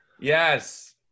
Yes